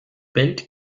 bellt